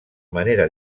manera